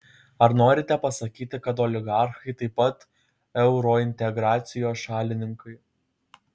ar norite pasakyti kad oligarchai taip pat eurointegracijos šalininkai